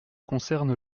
concerne